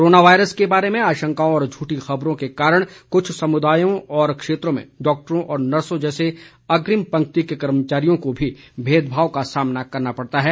corona virus के बारे में आशंकाओं और झूठी खबरों के कारण कुछ समुदायों और क्षेत्रों में डॉक्टरों और नर्सों जैसे अग्रिम पंक्ति के कर्मियों को भी भेदभाव का सामना करना पड़ता है